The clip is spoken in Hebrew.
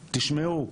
תשמעו,